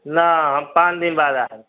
न हम पाँच दिन बाद आयब